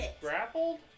grappled